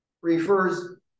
refers